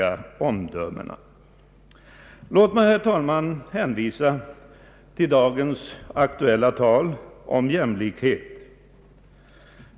Låt mig, herr talman, hänvisa till dagens aktuella tal om jämlikhet.